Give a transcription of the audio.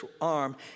arm